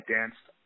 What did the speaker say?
danced